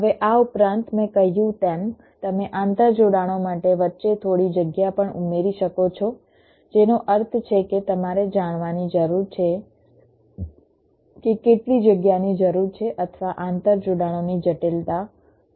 હવે આ ઉપરાંત મેં કહ્યું તેમ તમે આંતરજોડણો માટે વચ્ચે થોડી જગ્યા પણ ઉમેરી શકો છો જેનો અર્થ છે કે તમારે જાણવાની જરૂર છે કે કેટલી જગ્યાની જરૂર છે અથવા આંતરજોડણોની જટિલતા શું છે